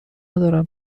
ندارم